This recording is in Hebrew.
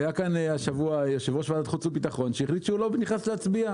היה כאן השבוע יושב-ראש ועדת חוץ וביטחון שהחליט שהוא לא נכנס להצביע.